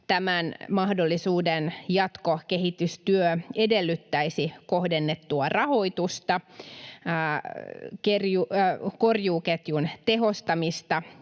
tämän mahdollisuuden jatkokehitystyö edellyttäisi kohdennettua rahoitusta, korjuuketjun tehostamista